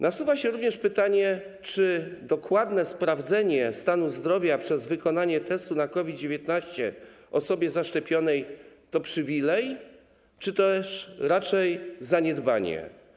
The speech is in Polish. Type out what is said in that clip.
Nasuwa się również pytanie, czy dokładne sprawdzenie stanu zdrowia przez wykonanie testu na COVID-19 osobie zaszczepionej to przywilej, czy też raczej zaniedbanie.